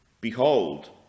Behold